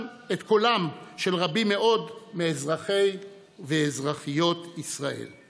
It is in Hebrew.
הניצחון המדהים של נבחרת ישראל בהשתתפות של חמישה שחקנים בני המיעוטים.